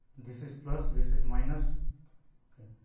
this is plus this is minus ok.